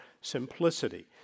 simplicity